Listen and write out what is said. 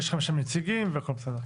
ויש לכם שם נציגים והכל בסדר.